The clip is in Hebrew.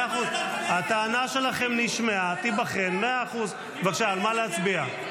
בתור מה אתה קובע את זה?